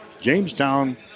Jamestown